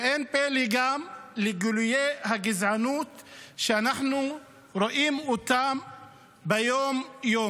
ואין גם פלא בגילויי הגזענות שאנחנו רואים ביום-יום.